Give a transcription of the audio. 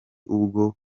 ubwo